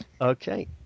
Okay